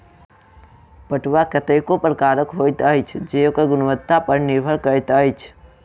पटुआ कतेको प्रकारक होइत अछि जे ओकर गुणवत्ता पर निर्भर करैत अछि